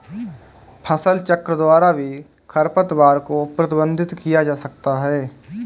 फसलचक्र द्वारा भी खरपतवार को प्रबंधित किया जा सकता है